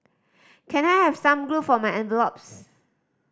can I have some glue for my envelopes